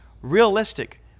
realistic